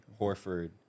Horford